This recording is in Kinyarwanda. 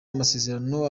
amasezerano